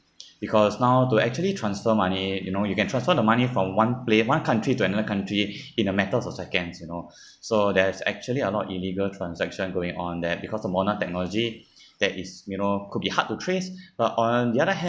because now to actually transfer money you know you can transfer the money from one pla~ one country to another country in a matters of seconds you know so there's actually a lot of illegal transaction going on that because of modern technology that is you know could be hard to trace but on the other